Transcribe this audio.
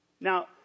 Now